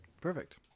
Perfect